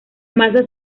masa